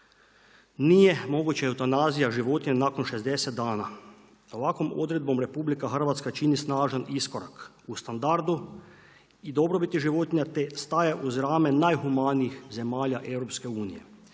nije moguće eutanazija životinja nakon 60 dana. Ovakvom odredbom RH čini snažan iskorak u standardu i dobrobiti životinja te staje uz rame najhumanijih zemalja EU-a